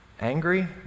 angry